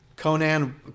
Conan